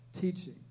teaching